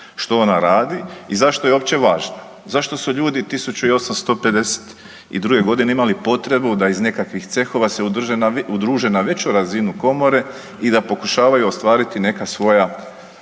što ona radi i zašto je uopće važna. Zašto su ljudi 1852. g. imali potrebu da iz nekakvih cehova se udruže na veću razinu Komore i da pokušavaju ostvariti neka svoje